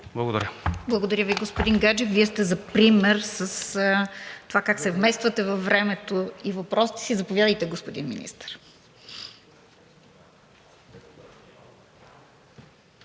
КИРОВА: Благодаря Ви, господин Гаджев. Вие сте за пример с това как се вмествате във времето и въпросите си. Заповядайте, господин Министър.